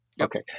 Okay